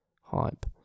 Hype